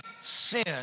sin